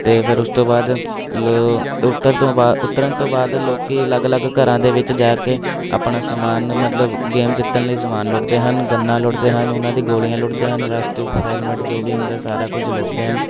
ਅਤੇ ਫਿਰ ਉਸ ਤੋਂ ਬਾਅਦ ਮਤਲਬ ਉੱਤਰ ਤੋਂ ਉਤਰਨ ਤੋਂ ਬਾਅਦ ਲੋਕ ਅਲੱਗ ਅਲੱਗ ਘਰਾਂ ਦੇ ਵਿੱਚ ਜਾ ਕੇ ਆਪਣਾ ਸਮਾਨ ਮਤਲਬ ਗੇਮ ਜਿੱਤਣ ਲਈ ਸਮਾਨ ਲੁੱਟਦੇ ਹਨ ਗੰਨਾਂ ਲੁੱਟਦੇ ਹਨ ਉਹਨਾਂ ਦੀ ਗੋਲੀਆਂ ਲੁੱਟਦੇ ਹਨ ਵੈੱਸਟ ਹੈੱਲਮਟ ਜੋ ਵੀ ਹੁੰਦਾ ਸਾਰਾ ਕੁਝ ਲੁੱਟਦੇ ਹਨ